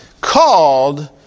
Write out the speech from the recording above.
called